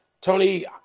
Tony